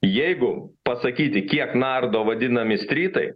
jeigu pasakyti kiek nardo vadinami strytai